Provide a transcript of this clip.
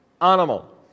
animal